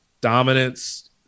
dominance